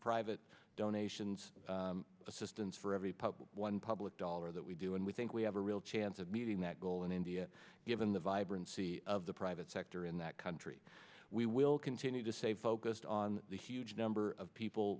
private donations assistance for every public one public dollar that we do and we think we have a real chance of meeting that goal in india given the vibrancy of the private sector in that country we will continue to say focused on the huge number of people